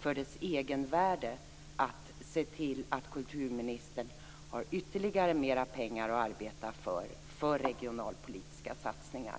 för dess egenvärde att se till att kulturministern har ytterligare mer pengar att arbeta med, för regionalpolitiska satsningar.